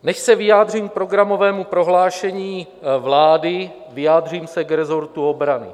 Než se vyjádřím k programovému prohlášení vlády, vyjádřím se k resortu obrany.